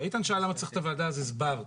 איתן שאל למה צריך את הוועדה, אז הסברתי.